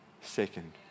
second